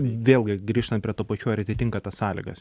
vėlgi grįžtant prie tų pačių ar atitinka tas sąlygas